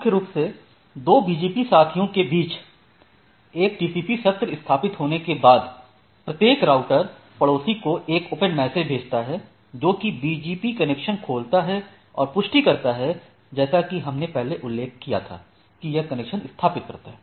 मुख्य रूप से दो BGP साथियों के बीच एक TCP सत्र स्थापित होने के बाद प्रत्येक राउटर पड़ोसी को एक open मेसेज भेजता है जोकि BGP कनेक्शन खोलता है और पुष्टि करता है जैसा कि हमने पहले उल्लेख किया था कि यह कनेक्शन स्थापित करता है